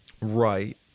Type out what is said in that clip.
Right